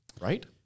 right